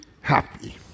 happy